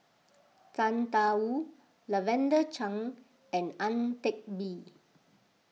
Tang Da Wu Lavender Chang and Ang Teck Bee